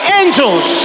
angels